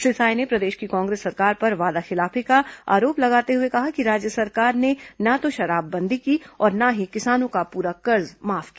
श्री साय ने प्रदेश की कांग्रेस सरकार पर वादाखिलाफी का आरोप लगाते हुए कहा कि राज्य सरकार ने ना तो शराबबंदी की और ना ही किसानों का पूरा कर्ज माफ किया